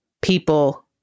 people